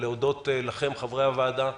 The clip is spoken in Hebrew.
להודות לחברי הוועדה.